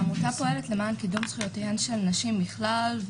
העמותה פועלת למען קידום זכויותיהן של נשים בכלל,